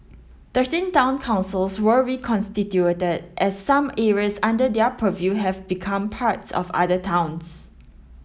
thirteen town councils were reconstituted as some areas under their purview have become parts of other towns